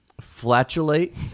Flatulate